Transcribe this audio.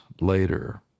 later